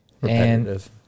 Repetitive